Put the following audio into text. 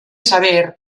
saber